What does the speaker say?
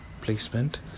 placement